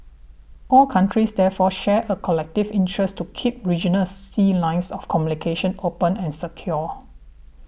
all countries therefore share a collective interest to keep regional sea lines of communication open and secure